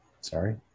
Sorry